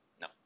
No